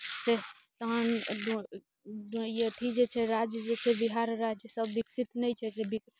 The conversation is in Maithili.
से तहन अथी जे छै राज्य छै बिहार राज्य सब विकसित नहि छै से